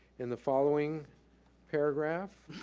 in the following paragraph,